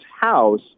house